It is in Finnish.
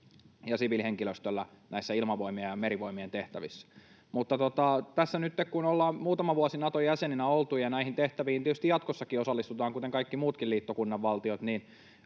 ja siviilihenkilöstöllä näissä Ilmavoimien ja Merivoimien tehtävissä. Tässä kun nyt ollaan muutama vuosi Nato-jäsenenä oltu ja näihin tehtäviin tietysti jatkossakin osallistutaan, kuten kaikki muutkin liittokunnan valtiot,